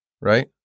Right